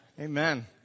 Amen